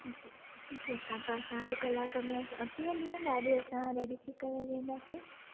जी ठीकु आहे असां अध कलाक में अची वञो असां रेडी थी करे वेहंदासीं